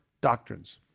doctrines